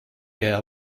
ear